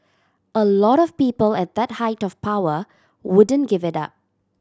a lot of people at that height of power wouldn't give it up